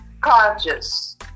conscious